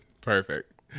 Perfect